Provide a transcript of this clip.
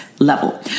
Level